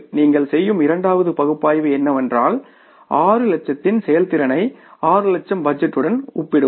நீங்கள் செய்யும் இரண்டாவது பகுப்பாய்வு என்னவென்றால் 6 லட்சத்தின் செயல்திறனை 6 லட்சம் பட்ஜெட்டுடன் ஒப்பிடுவது